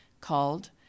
called